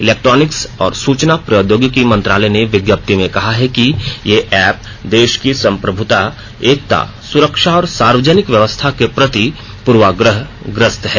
electronics और सूचना प्रौद्योगिकी मंत्रालय ने विज्ञप्ति में कहा है कि ये एप देश की संप्रभुता एकता सुरक्षा और सार्वजनिक व्यवस्था के प्रति पूर्वाग्रहग्रस्त हैं